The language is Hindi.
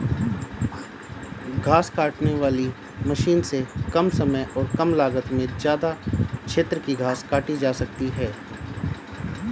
घास काटने वाली मशीन से कम समय और कम लागत में ज्यदा क्षेत्र की घास काटी जा सकती है